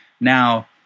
Now